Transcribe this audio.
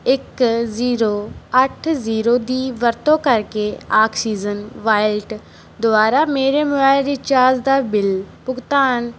ਇੱਕ ਜ਼ੀਰੋ ਅੱਠ ਜ਼ੀਰੋ ਦੀ ਵਰਤੋਂ ਕਰਕੇ ਆਕਸੀਜਨ ਵਾਇਲਟ ਦੁਆਰਾ ਮੇਰੇ ਮੋਬਾਈਲ ਰਿਚਾਰਜ ਦਾ ਬਿੱਲ ਭੁਗਤਾਨ